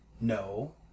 no